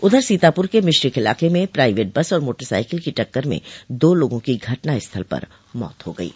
उधर सीतापुर के मिश्रिख इलाके में प्राइवेट बस और मोटरसाइकिल की टक्कर में दो लोगों की घटना स्थल पर मौत हो गई है